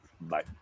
Bye